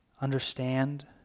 understand